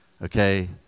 Okay